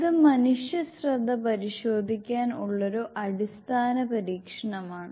ഇത് മനുഷ്യ ശ്രദ്ധ പരിശോധിക്കാൻ ഉള്ളൊരു അടിസ്ഥാന പരീക്ഷണമാണ്